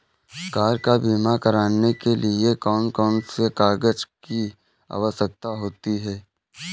Car का बीमा करने के लिए कौन कौन से कागजात की आवश्यकता होती है?